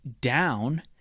down